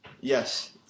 Yes